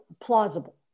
plausible